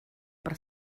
per